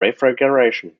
refrigeration